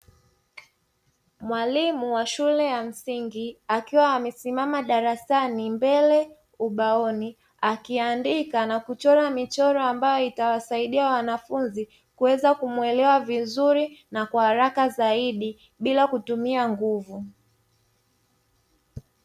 Mwalimu wa shule ya msingi akiwa amesimama darasani mbele ubaoni, akiandika na kuchora michoro ambayo itawasaidia wanafunzi kuweza kumwelewa vizuri na kwa haraka zaidi bila kutumia nguvu.